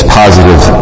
positive